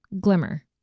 glimmer